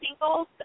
singles